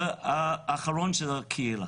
דבר אחרון זו הקהילה,